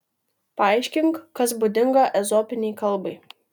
paaiškink kas būdinga ezopinei kalbai